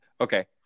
Okay